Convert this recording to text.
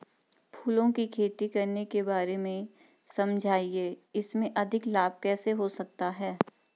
फूलों की खेती करने के बारे में समझाइये इसमें अधिक लाभ कैसे हो सकता है?